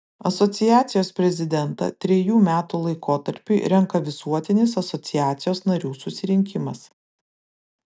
asociacijos prezidentą trejų metų laikotarpiui renka visuotinis asociacijos narių susirinkimas